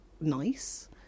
nice